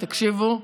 תקשיבו,